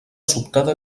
sobtada